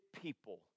people